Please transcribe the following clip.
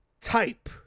type